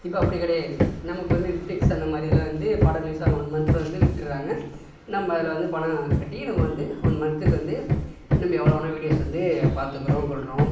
இப்போ அப்படி கிடையாது நமக்கு வந்து நெட்ஃப்ளிக்ஸ் அந்த மாதிரில வந்து படம் ரிலீஸ் ஆனால் ஒன் மந்தில் வந்து விட்ர்றாங்க நம்ம அதில் வந்து பணம் கட்டி இது வந்து ஒன் மந்துக்கு வந்து நீங்கள் எவ்வளோ வேணா வீடியோ வந்து பார்த்துக்குறோம் கொள்றோம்